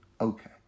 Okay